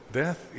death